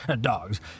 dogs